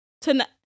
Tonight